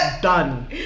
Done